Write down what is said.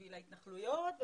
ובשביל ההתנחלויות,